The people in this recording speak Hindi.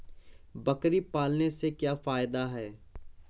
बकरी पालने से क्या फायदा है?